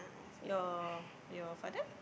your your father